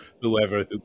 whoever